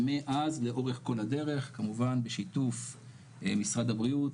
ומאז לאורך כל הדרך כמובן בשיתוף משרד הבריאות,